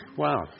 Wow